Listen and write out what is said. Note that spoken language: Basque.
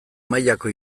mailako